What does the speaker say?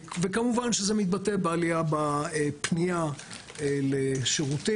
וכמובן שזה מתבטא בעלייה בפנייה לשירותים.